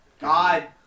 God